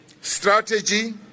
strategy